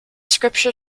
scripture